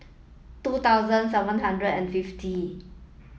two thousand seven hundred and fifty